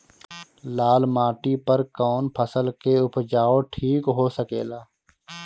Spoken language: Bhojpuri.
लाल माटी पर कौन फसल के उपजाव ठीक हो सकेला?